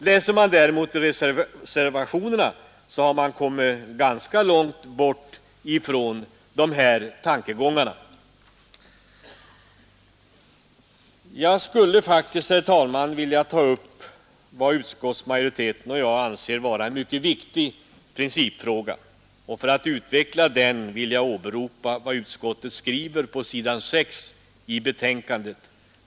Läser vi däremot reservationerna har man kommit ganska långt bort från dessa tankegångar Jag skulle, herr talman, vilja ta upp vad utskottsmajoriteten och jag anser vara en mycket viktig principfråga. För att utveckla den vill jag åberopa vad utskottet skriver på s. 6 i betänkandet.